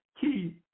key